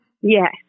Yes